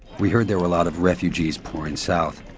we heard there were a lot of refugees pouring south.